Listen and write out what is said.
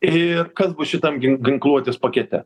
ir kas bus šitam ginkluotės pakete